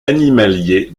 animalier